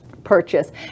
purchase